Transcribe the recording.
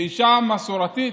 כאישה מסורתית,